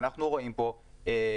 ואנחנו רואים פה פגיעה,